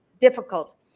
difficult